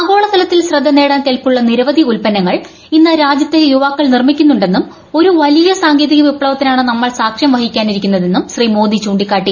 ആഗ്രോൾത്തിൽ ശ്രദ്ധ നേടാൻ കെൽപ്പുള്ള നിരവധി ഉൽപ്പന്നങ്ങൾ ഇന്ന് രാജ്യത്തെ യുവാക്കൾ നിർമിക്കുന്നുണ്ടെന്നും ഒരു വ്ലിയ് സാങ്കേതിക വിപ്ലവത്തിനാണ് നമ്മൾ സാക്ഷ്യം വഹിക്കാനിരിക്കുന്നുതെന്നും ശ്രീ മോദി ചൂണ്ടിക്കാട്ടി